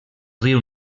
riu